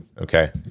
Okay